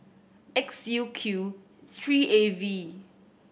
X U Q three A V